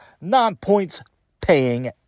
non-points-paying